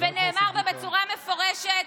ונאמר בה בצורה מפורשת.